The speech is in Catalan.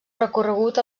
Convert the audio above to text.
recorregut